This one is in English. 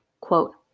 Quote